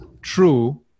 true